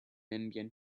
ambient